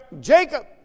Jacob